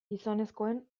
gizonezkoen